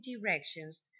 directions